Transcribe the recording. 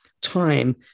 Time